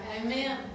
amen